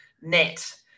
net